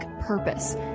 purpose